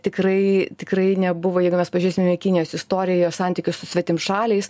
tikrai tikrai nebuvo jeigu mes pažiūrėsime į kinijos istorijoje santykius su svetimšaliais